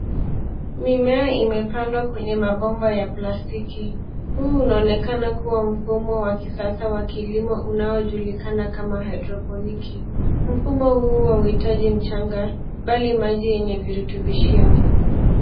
Mimea imepandwa kwenye mabomba ya plastiki. Huu unaonekana kuwa mfumo wa kisasa wa kilimo unaojulikana kama haidroponiki. Mfumo huu hauhitaji mchanga bali maji yenye virutubishio.